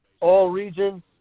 all-region